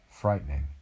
frightening